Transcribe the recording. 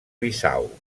bissau